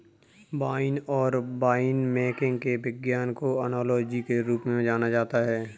wine और winemaking के विज्ञान को ओनोलॉजी के रूप में जाना जाता है